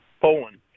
Poland